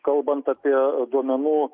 kalbant apie duomenų